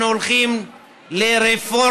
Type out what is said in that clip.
אנחנו הולכים לרפורמה,